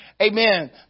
Amen